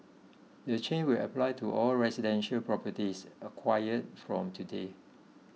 the change will apply to all residential properties acquired from today